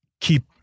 keep